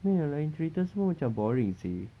I mean yang lain cerita semua macam boring seh